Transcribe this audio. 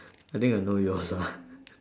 I think I know yours ah